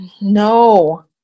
no